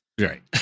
Right